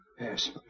Yes